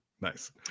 Nice